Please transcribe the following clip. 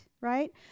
right